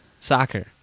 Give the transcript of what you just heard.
soccer